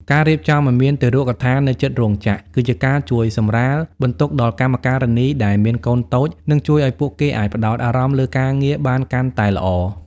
ការរៀបចំឱ្យមានទារកដ្ឋាននៅជិតរោងចក្រ គឺជាការជួយសម្រាលបន្ទុកដល់កម្មការិនីដែលមានកូនតូច និងជួយឱ្យពួកគេអាចផ្ដោតអារម្មណ៍លើការងារបានកាន់តែល្អ។